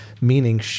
Meaning